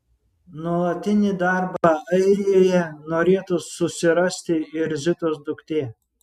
nuolatinį darbą airijoje norėtų susirasti ir zitos duktė